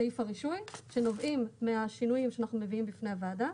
סעיף הרישוי שנובעים השינויים שאנחנו מביאים בפני הוועדה.